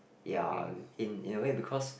ya in in a way because